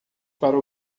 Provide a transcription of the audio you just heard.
para